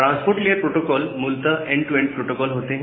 transport layer protocol मूलतः end to end protocol होते हैं